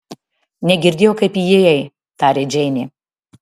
negirdėjau kaip įėjai tarė džeinė